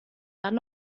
dann